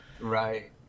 Right